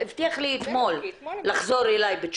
הבטיח לחזור אליי.